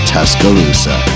Tuscaloosa